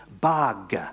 bug